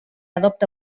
adopta